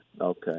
okay